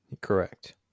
Correct